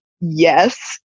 yes